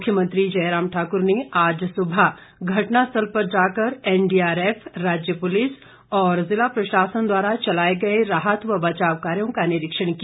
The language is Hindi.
मुख्यमंत्री जयराम ठाकुर ने आज सुबह घटनास्थल पर जाकर एनडीआरएफ राज्य पुलिस और जिला प्रशासन द्वारा चलाए गए राहत व बचाव कार्यो का निरीक्षण किया